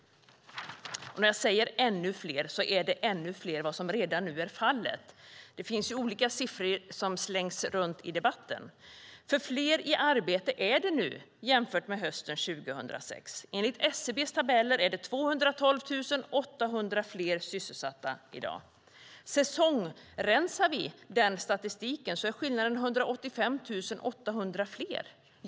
När jag säger ännu fler är det ännu fler än vad som redan nu är fallet. Det finns olika siffror som slängs runt i debatten. Fler i arbete är det nu jämfört med hösten 2006. Enligt SCB:s tabeller är det 212 800 fler sysselsatta i dag. Om vi säsongsrensar den statistiken är skillnaden 185 800 fler.